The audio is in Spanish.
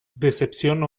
decepción